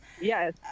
yes